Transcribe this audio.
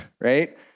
right